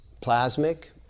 plasmic